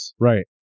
Right